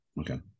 okay